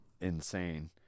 insane